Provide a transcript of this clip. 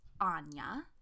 Anya